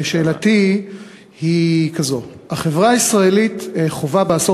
שאלתי היא כזו: החברה הישראלית חווה בעשור